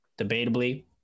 debatably